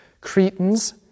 Cretans